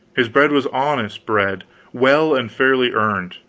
his bread was honest bread well and fairly earned